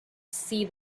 see